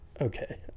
okay